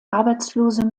arbeitslose